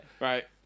right